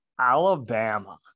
Alabama